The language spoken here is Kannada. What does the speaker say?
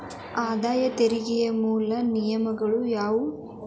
ಆದಾಯ ತೆರಿಗೆಯ ಮೂಲ ನಿಯಮಗಳ ಯಾವು